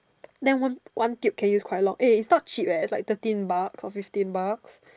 then one one tube can use quite long eh it's not cheap eh it's like thirteen bucks or fifteen bucks